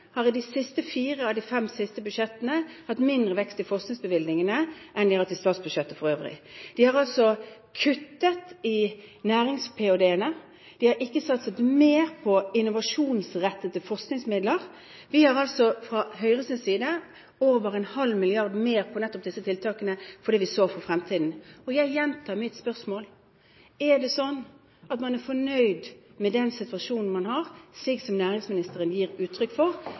har i de fire siste av de fem siste budsjettene hatt mindre vekst i forskningsbevilgningene enn i statsbudsjettet for øvrig. De har kuttet i nærings-ph.d.-ene, de har ikke satset mer på innovasjonsrettede forskningsmidler. Vi har fra Høyres side over en halv milliard mer på nettopp disse tiltakene fordi vi sår for fremtiden. Jeg gjentar mitt spørsmål: Er man fornøyd med den situasjonen man har, slik som næringsministeren gir uttrykk for?